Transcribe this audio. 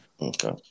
Okay